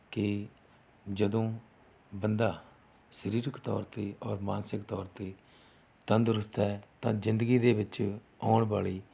ਕਿ ਜਦੋਂ ਬੰਦਾ ਸਰੀਰਕ ਤੌਰ 'ਤੇ ਔਰ ਮਾਨਸਿਕ ਤੌਰ 'ਤੇ ਤੰਦਰੁਸਤ ਹੈ ਤਾਂ ਜ਼ਿੰਦਗੀ ਦੇ ਵਿੱਚ ਆਉਣ ਵਾਲੀ